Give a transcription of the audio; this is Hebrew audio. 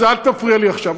אל תפריע לי עכשיו,